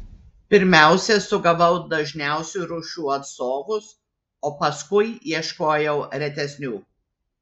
pirmiausia sugavau dažniausių rūšių atstovus o paskui ieškojau retesnių